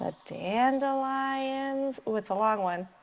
ah dandelions, ooh, it's a long one,